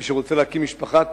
מי שרוצה להקים משפחה,